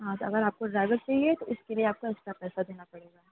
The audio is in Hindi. हाँ तो अगर आपको ड्राइवर चाहिए तो उसके लिए आपका एक्स्ट्रा पैसा देना पड़ेगा